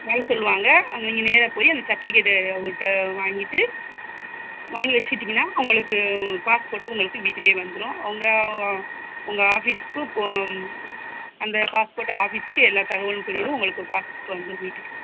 வர சொல்லுவாங்க அங்கே நீங்கள் நேராக போய் அந்த சர்ட்டிவிகேட்ட அவங்கள்ட்ட வாங்கிட்டு வாங்கி வச்சுக்கிட்டிங்கன்னா உங்களுக்கு பாஸ்போர்ட்டு உங்களுக்கு வீட்டுக்கே வந்துரும் உங்கள் உங்கள் ஆஃபீஸ்க்கு போக அந்த பாஸ்போர்ட் ஆஃபீஸ்க்கு எல்லா தகவலும் போயிரும் உங்களுக்கு பாஸ்போர்ட் வந்துரும் வீட்டுக்கு